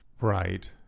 Right